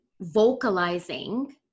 vocalizing